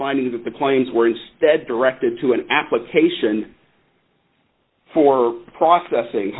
finding that the planes were instead directed to an application for processing